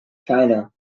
china